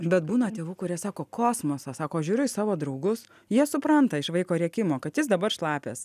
bet būna tėvų kurie sako kosmosas sako žiūriu į savo draugus jie supranta iš vaiko rėkimo kad jis dabar šlapias